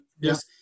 Yes